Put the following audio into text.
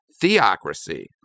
theocracy